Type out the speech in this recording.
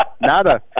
nada